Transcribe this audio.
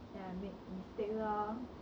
then I make mistakes lor